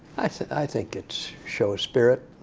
i think it shows spirit.